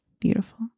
Beautiful